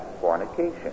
fornication